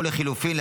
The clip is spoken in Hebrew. או לחלופין,